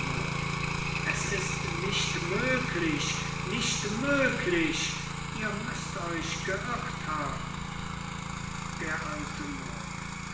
es ist nicht möglich nicht möglich ihr müßt euch geirrt haben d a moor